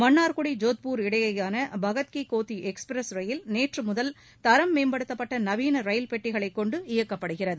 மன்னார்குடி ஜோத்பூர் இடையேயான பகத் கி கோத்தி எக்ஸ்பிரஸ் ரயில் நேற்று முதல் தரம் மேம்படுத்தப்பட்ட நவீன ரயில் பெட்டிகளைக் கொண்டு இயக்கப்படுகிறது